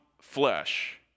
flesh